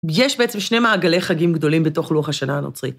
יש בעצם שני מעגלי חגים גדולים בתוך לוח השנה הנוצרי.